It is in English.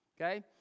Okay